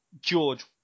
George